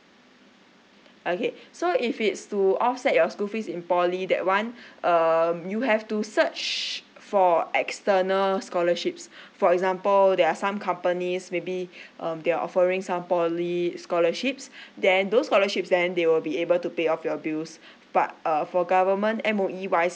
okay so if it's to offset your school fees in poly that one um you have to search for external scholarships for example there are some companies may be um they're offering some poly scholarships then those scholarship then they will be able to pay off your bills but uh for government M_O_E wise